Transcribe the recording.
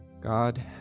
God